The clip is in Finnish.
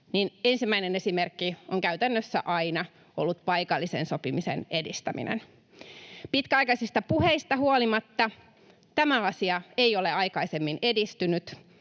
ensimmäinen esimerkki on käytännössä aina ollut paikallisen sopimisen edistäminen. Pitkäaikaisista puheista huolimatta tämä asia ei ole aikaisemmin edistynyt,